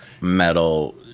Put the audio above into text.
metal